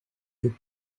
you